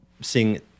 seeing